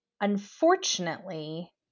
unfortunately